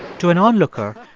to an onlooker,